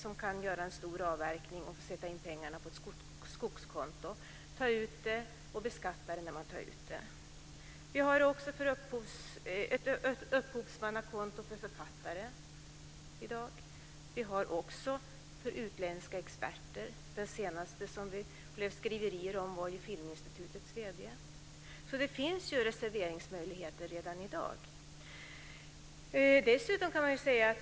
De kan göra en stor avverkning och sätta in pengarna på ett skogskonto. Pengarna beskattas när de tas ut från kontot. Det finns också ett upphovsmannakonto för författare. Det finns också reserveringsmöjligheter för utländska experter. Den senaste som det blev skriverier om var Filminstitutets vd. Det finns reserveringsmöjligheter redan i dag.